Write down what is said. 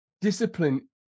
discipline